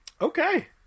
okay